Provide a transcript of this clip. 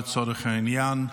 לצורך העניין,